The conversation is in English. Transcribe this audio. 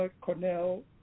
Cornell